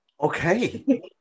Okay